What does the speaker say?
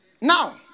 Now